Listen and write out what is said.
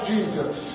Jesus